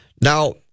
Now